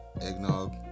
eggnog